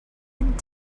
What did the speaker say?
and